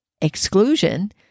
exclusion